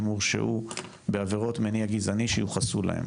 הורשעו בעבירות מניע גזעני שיוחסו להם.